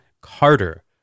Carter